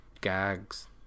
gags